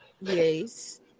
Yes